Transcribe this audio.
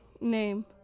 name